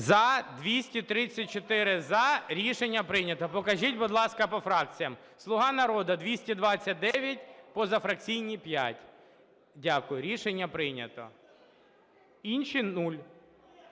За-234 Рішення прийнято. Покажіть, будь ласка, по фракціях. "Слуга народу" – 229, позафракційні – 5. Дякую. Рішення прийнято. Інші –